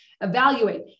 evaluate